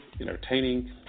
entertaining